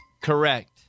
Correct